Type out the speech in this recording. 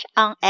on